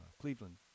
Cleveland